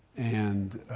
and,